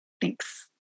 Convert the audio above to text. Thanks